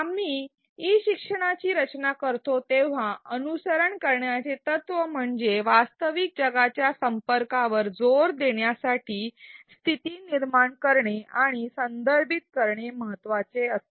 आपण ई शिक्षणाची रचना करतो तेव्हा अनुसरण करण्याचे तत्व म्हणजे वास्तविक जगाच्या संपर्कावर जोर देण्यासाठी स्थिती निर्माण करणे आणि संदर्भित करणे महत्त्वाचे असते